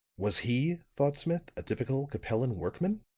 was he, thought smith, a typical capellan workman?